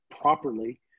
properly